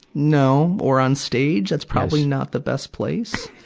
no, or on stage. that's probably not the best place.